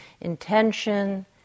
intention